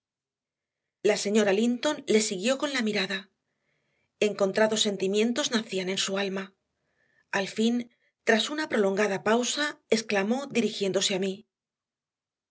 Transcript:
la señora linton le siguió con la mirada encontrados sentimientos nacían en su alma al fin tras una prolongada pausa exclamó dirigiéndose a mí